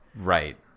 Right